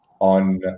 on